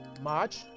March